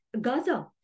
Gaza